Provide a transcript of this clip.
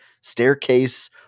staircase